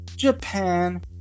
japan